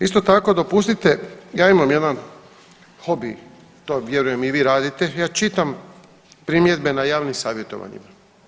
Isto tako dopustite, ja imam jedan hobi to vjerujem i vi radite, ja čitam primjedbe na javnim savjetovanjima.